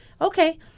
okay